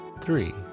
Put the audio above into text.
three